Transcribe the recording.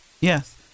yes